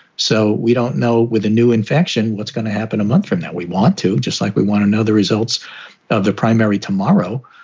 so we don't know with a new infection. what's going to happen a month from that? we want to just like we want to know the results of the primary tomorrow.